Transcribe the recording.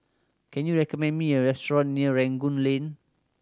can you recommend me a restaurant near Rangoon Lane